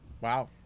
Wow